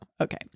okay